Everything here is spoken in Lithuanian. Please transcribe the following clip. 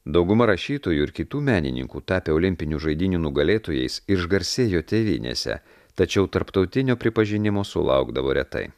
dauguma rašytojų ir kitų menininkų tapę olimpinių žaidynių nugalėtojais išgarsėjo tėvynėse tačiau tarptautinio pripažinimo sulaukdavo retai